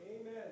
Amen